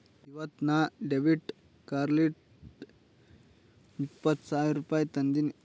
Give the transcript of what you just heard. ಇವತ್ ನಾ ಡೆಬಿಟ್ ಕಾರ್ಡ್ಲಿಂತ್ ಇಪ್ಪತ್ ಸಾವಿರ ರುಪಾಯಿ ತಂದಿನಿ